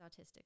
autistic